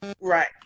Right